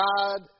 God